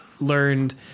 learned